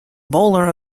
bowler